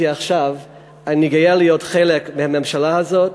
עכשיו אני גאה להיות חלק מהממשלה הזאת,